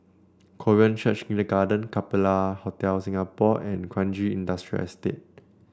Korean Church Kindergarten Capella Hotel Singapore and Kranji Industrial Estate